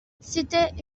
c’était